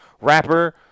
rapper